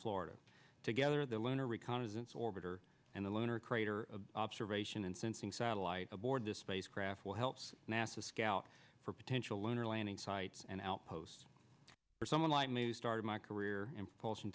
florida together the lunar reconnaissance orbiter and the lunar crater observation and sensing satellite aboard the spacecraft will help nasa scout for potential lunar landing sites and outposts for someone like me who started my career